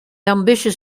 ambitious